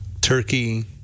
turkey